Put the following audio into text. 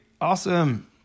Awesome